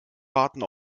warten